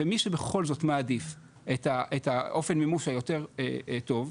ומי שבכל זאת מעדיף את אופן המימוש היותר טוב,